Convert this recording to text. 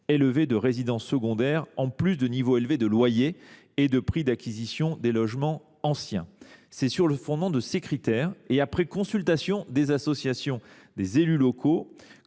élevée de résidences secondaires en plus de niveaux élevés des loyers et des prix d’acquisition des logements anciens. C’est sur le fondement de ces critères et après consultation des associations d’élus locaux,